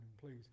please